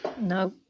No